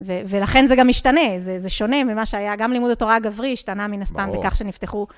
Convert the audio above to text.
ולכן זה גם משתנה, זה שונה ממה שהיה. גם לימוד התורה הגברי השתנה מן הסתם מכך שנפתחו.